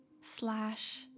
slash